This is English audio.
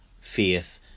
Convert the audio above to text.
faith